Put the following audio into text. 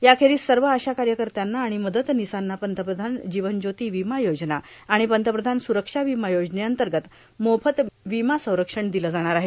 याखेरीज सर्व आशाा कार्यकर्त्यांना आणि मदतनिसांना पंतप्रधान जीवनज्योती विमा योजना आणि पंतप्रधान सुरक्षा विमा योजनेअंतर्गत मोफत विमा संरक्षण दिलं जाणार आहे